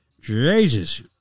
Jesus